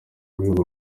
rwego